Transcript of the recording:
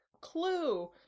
clue